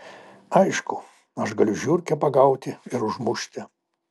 aišku aš galiu žiurkę pagauti ir užmušti